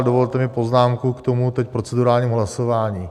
Dovolte mi teď poznámku k tomu procedurálnímu hlasování.